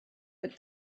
but